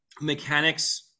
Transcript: mechanics